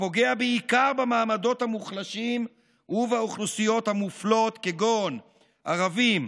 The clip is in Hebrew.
הפוגע בעיקר במעמדות המוחלשים ובאוכלוסיות המופלות כגון ערבים,